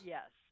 Yes